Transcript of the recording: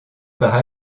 part